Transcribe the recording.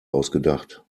ausgedacht